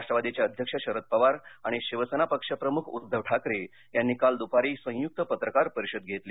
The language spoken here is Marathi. राष्ट्रवादीचे अध्यक्ष शरद पवार आणि शिवसेना पक्षप्रमुख उद्धव ठाकरे यांनी काल दूपारी संयुक्त पत्रकार परिषद घेतली